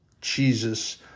Jesus